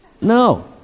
No